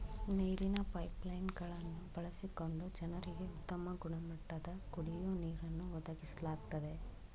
ನೀರಿನ pipeline ಗಳನ್ನು ಬಳಸಿಕೊಂಡು ಜನರಿಗೆ ಉತ್ತಮ ಗುಣಮಟ್ಟದ ಕುಡಿಯೋ ನೀರನ್ನು ಒದಗಿಸ್ಲಾಗ್ತದೆ